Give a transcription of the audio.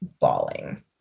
bawling